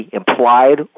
implied